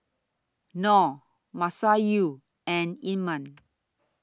Nor Masayu and Iman